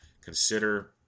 consider